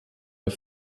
auf